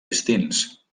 distints